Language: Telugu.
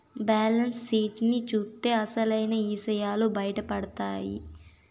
బ్యాలెన్స్ షీట్ ని చూత్తే అసలైన ఇసయాలు బయటపడతాయి